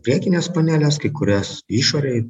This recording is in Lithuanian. priekinės panelės kai kurias išorėj